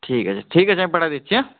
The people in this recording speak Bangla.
ঠিক আছে ঠিক আছে আমি পাঠায় দিচ্ছি হ্যাঁ